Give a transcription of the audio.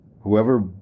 whoever